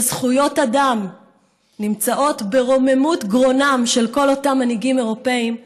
שזכויות אדם נמצאות ברוממות גרונם של כל אותם מנהיגים אירופים,